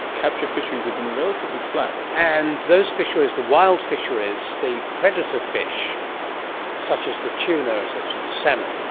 capture fisheries have been relatively flat. and those fisheries, the wild fisheries, the predator fish such as the tuna, such as the salmon,